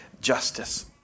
justice